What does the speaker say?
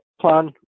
plan